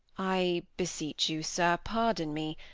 i beseech you, sir, pardon me.